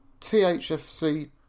THFC